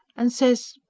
and says.